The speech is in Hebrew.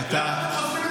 למה אתם